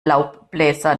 laubbläser